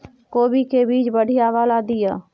कोबी के बीज बढ़ीया वाला दिय?